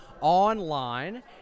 online